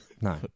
No